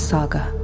Saga